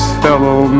fellow